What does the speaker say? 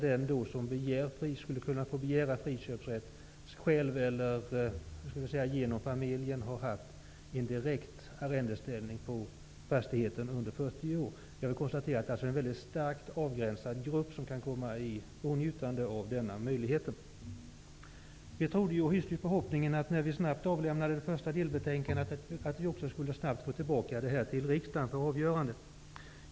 Den som begär pris skulle då kunna begära friköpsrätt och själv eller genom familjen ha haft en direkt arrendeställning på fastigheten under 40 år. Det är alltså en väldigt starkt avgränsad grupp som kan komma i åtnjutande av denna möjlighet. När vi snabbt avlämnade det första delbetänkandet, hyste vi förhoppningen att snabbt få tillbaka ärendet till riksdagen för avgörande.